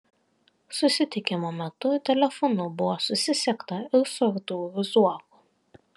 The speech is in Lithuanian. susitikimo metu telefonu buvo susisiekta ir su artūru zuoku